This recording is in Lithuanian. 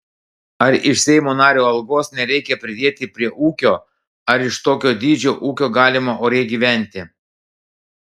ar iš seimo nario algos nereikia pridėti prie ūkio ar iš tokio dydžio ūkio galima oriai gyventi